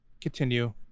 continue